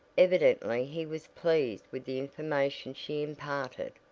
evidently he was pleased with the information she imparted,